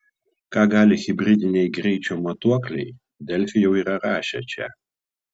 ką gali hibridiniai greičio matuokliai delfi jau yra rašę čia